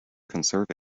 conserve